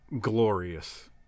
glorious